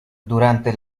durante